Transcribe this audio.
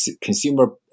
consumer